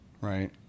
right